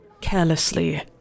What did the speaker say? carelessly